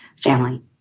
family